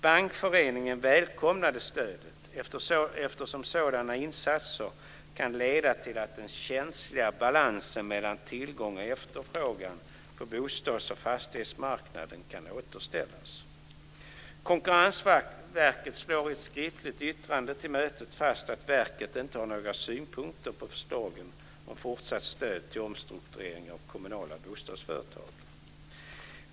Bankföreningen välkomnade stödet, eftersom sådana insatser kan leda till att "den känsliga balansen mellan tillgång och efterfrågan på bostads och fastighetsmarknaden kan återställas". Konkurrensverket slår i ett skriftligt yttrande till mötet fast att verket inte har några synpunkter på förslagen om fortsatt stöd till omstrukturering av kommunala bostadsföretag.